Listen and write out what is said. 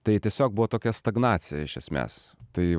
tai tiesiog buvo tokia stagnacija iš esmės tai